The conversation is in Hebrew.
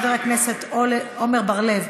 חבר הכנסת עמר בר-לב,